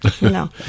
No